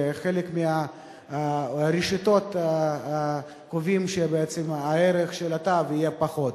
ובחלק מהרשתות קובעים שבעצם הערך של התו יהיה פחות.